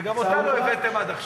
וגם אותה לא הבאתם עד עכשיו.